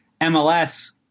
MLS